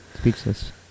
speechless